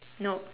no